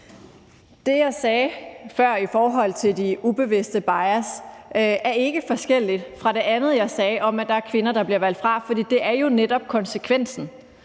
Det, jeg sagde før i forhold til de ubevidste bias, er ikke forskelligt fra det andet, jeg sagde, om, at der er kvinder, der bliver valgt fra. For det er jo netop konsekvensen.